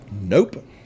Nope